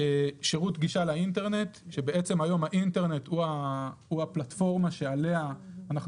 שירות גלישה לאינטרנט שבעצם היום האינטרנט הוא הפלטפורמה שעליה אנחנו